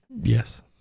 yes